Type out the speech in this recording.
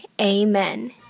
Amen